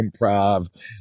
improv